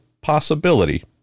possibility